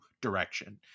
direction